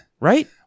Right